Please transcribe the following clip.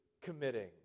committing